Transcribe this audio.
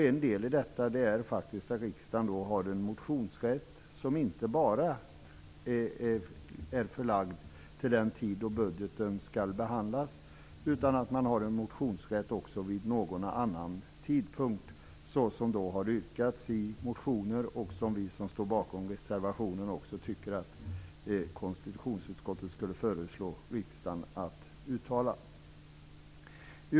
En del i detta är att riksdagen skall ha en motionsrätt som inte bara är förlagd till den tid då budgeten skall behandlas utan också till någon annan tidpunkt. Detta har man yrkat på i motioner, och vi som står bakom reservationen tycker också att konstitutionsutskottet skulle föreslå riksdagen att uttala detta.